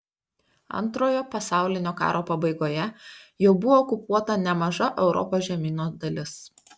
antrojo pasaulinio karo pabaigoje jau buvo okupuota nemaža europos žemyno dalis